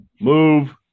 move